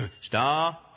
Star